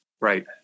Right